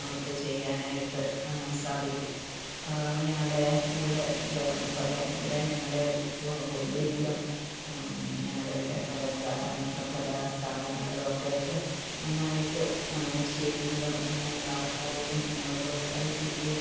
അവർക്ക് ചെയ്യാനായിട്ട് സാധിക്കും അപ്പം അത് ഞങ്ങളുടെ ഇവിടെ ഇത് പിന്നെ ഇവിടെ ഞങ്ങളുടെ വീട്ടിലും ഞങ്ങളുടെ ഇവിടെ പല സ്ഥലങ്ങളിലും പല സ്ഥാപനങ്ങളിലും ഒക്കെ അവർ നന്നായിട്ട് ചെയ്യുന്നതും അങ്ങനെയുള്ള ആൾക്കാരെയും ഞങ്ങൾ പ്രോത്സാഹിപ്പിക്കുകയും